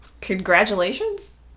Congratulations